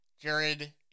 Jared